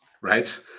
right